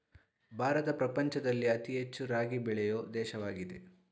ಭಾರತ ಪ್ರಪಂಚದಲ್ಲಿ ಅತಿ ಹೆಚ್ಚು ರಾಗಿ ಬೆಳೆಯೊ ದೇಶವಾಗಿದೆ